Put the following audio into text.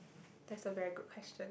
that's a very good question